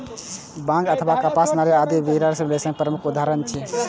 बांग अथवा कपास, नारियल आदि बियाक रेशा के प्रमुख उदाहरण छियै